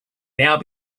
now